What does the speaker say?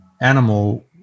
animal